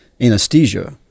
anesthesia